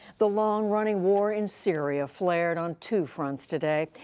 the long-running war in syria flared on two fronts today,